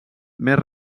més